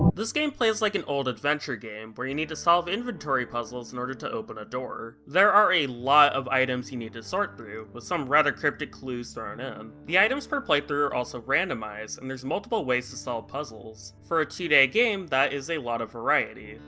this game plays like an old adventure game, where you need to solve inventory puzzles in order to open a door. there are a lot of items you need to sort through, with some rather cryptic clues thrown in. the items per playthrough are also randomized, and there's multiple ways to solve puzzles. for a two day game this is a lot of variety.